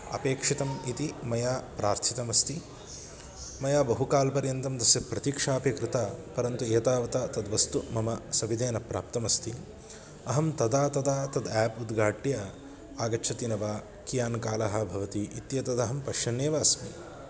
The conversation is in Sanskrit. अपेक्षितम् इति मया प्रार्थितमस्ति मया बहुकालपर्यन्तं तस्य प्रतीक्षा अपि कृता परन्तु एतावता तद्वस्तु मम सविधे न प्राप्तमस्ति अहं तदा तदा तद् आप् उद्घाट्य आगच्छति न वा कियान् कालः भवति इत्येतदहं पश्यन्नेव अस्मि